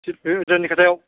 बे रुनिखाथायाव